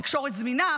תקשורת זמינה,